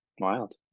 wild